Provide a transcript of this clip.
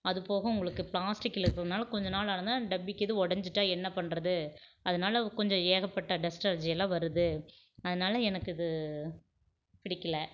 அது போக உங்களுக்கு பிளாஸ்டிக்கில் இருக்கிறதுனால கொஞ்ச நாள் ஆனதுனா அந்த டப்பிக்கிது உடஞ்சிட்டா என்ன பண்ணுறது அதனால் கொஞ்சம் ஏகப்பட்ட டஸ்ட் அலர்ஜியிலாம் வருது அதனால் எனக்கு இது பிடிக்கலை